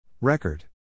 Record